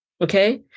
Okay